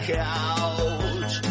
couch